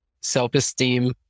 self-esteem